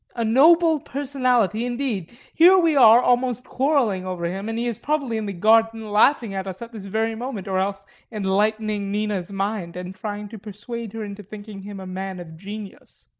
a noble personality indeed! here we are almost quarrelling over him, and he is probably in the garden laughing at us at this very moment, or else enlightening nina's mind and trying to persuade her into thinking him a man of genius.